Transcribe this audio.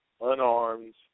unarmed